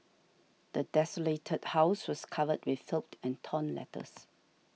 the desolated house was covered with filth and torn letters